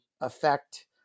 affect